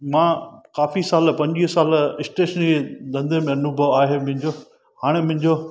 मां काफ़ी साल पंजवीह साल स्टेशनरी धंधे में अनुभव आहे मुंहिंजो हाणे मुंहिंजो